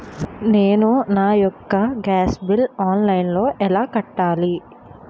నేను నా యెక్క గ్యాస్ బిల్లు ఆన్లైన్లో ఎలా కట్టాలి?